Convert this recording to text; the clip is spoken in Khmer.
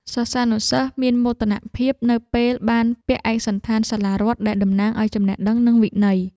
សិស្សានុសិស្សមានមោទនភាពនៅពេលបានពាក់ឯកសណ្ឋានសាលារដ្ឋដែលតំណាងឱ្យចំណេះដឹងនិងវិន័យ។